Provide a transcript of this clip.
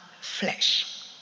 flesh